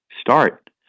start